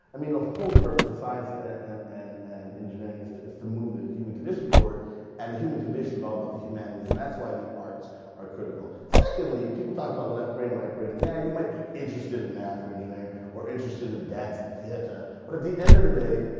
i mean the whole purpose of science ah and and engineering is to is to move the human condition forward and the human condition is all about but the humanities and that's why the arts are critical. secondly, people talk about left brain, right brain, and yeah you might be interested in math or engineering or interested in dance and theater, but at the end of the day,